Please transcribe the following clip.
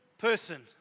person